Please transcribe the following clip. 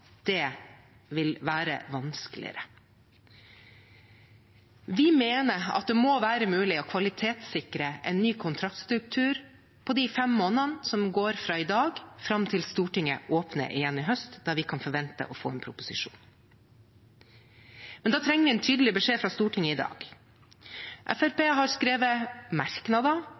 vil være vanskeligere. Vi mener at det må være mulig å kvalitetssikre en ny kontraktstruktur på de fem månedene som går fra i dag og fram til Stortinget åpner igjen i høst, når vi kan forvente å få en proposisjon. Men da trenger vi en tydelig beskjed fra Stortinget i dag. Fremskrittspartiet har skrevet merknader,